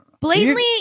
Blatantly